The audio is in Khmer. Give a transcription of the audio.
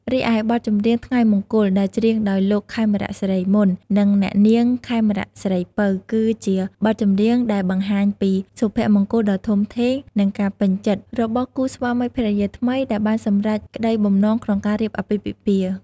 រីឯបទចម្រៀង ថ្ងៃមង្គល ដែលច្រៀងដោយលោក ខេមរៈ សិរីមន្ត និងអ្នកនាង ខេមរៈ ស្រីពៅ គឺជាបទចម្រៀងដែលបង្ហាញពី សុភមង្គលដ៏ធំធេង និងការពេញចិត្ត របស់គូស្វាមីភរិយាថ្មី ដែលបានសម្រេចក្ដីបំណងក្នុងការរៀបអាពាហ៍ពិពាហ៍។